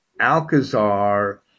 Alcazar